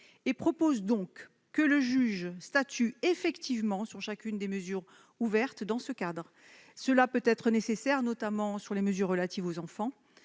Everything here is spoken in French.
proposons que le juge statue effectivement sur chacune des mesures ouvertes dans ce cadre. Cela peut être nécessaire notamment pour les mesures relatives aux enfants